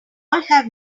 have